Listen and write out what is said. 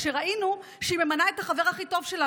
כשראינו שהיא ממנה את החבר הכי טוב שלה,